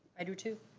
i do too.